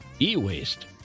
e-waste